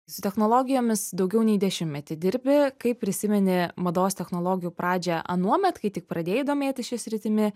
su technologijomis daugiau nei dešimtmetį dirbi kaip prisimeni mados technologijų pradžią anuomet kai tik pradėjai domėtis šia sritimi